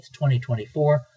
2024